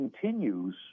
continues